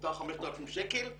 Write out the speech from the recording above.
אותם 5,000 שקל,